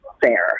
fair